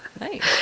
Nice